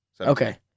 Okay